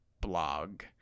blog